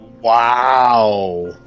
Wow